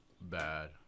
bad